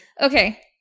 Okay